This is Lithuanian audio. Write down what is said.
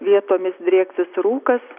vietomis drieksis rūkas